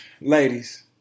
ladies